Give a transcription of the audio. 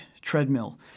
treadmill